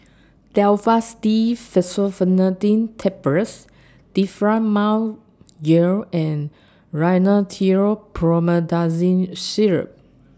Telfast D Fexofenadine Tablets Difflam Mouth Gel and Rhinathiol Promethazine Syrup